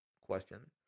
question